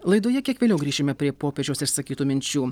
laidoje kiek vėliau grįšime prie popiežiaus išsakytų minčių